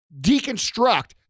deconstruct